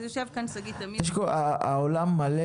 אז יושב כאן שגיא תמיר --- העולם מלא